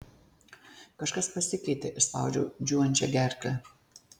kažkas pasikeitė išspaudžiau džiūvančia gerkle